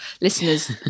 listeners